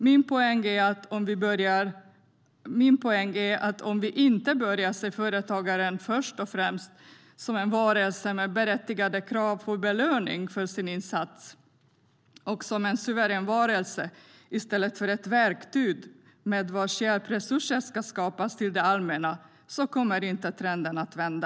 Min poäng är att trenden inte kommer att vända om vi inte börjar se företagaren som först och främst en varelse med berättigade krav på belöning för sin insats och som en suverän varelse i stället för ett verktyg med vars hjälp resurser ska skapas till det allmänna.